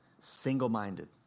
single-minded